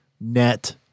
net